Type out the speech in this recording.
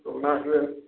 ఉన్నాయి ఇవి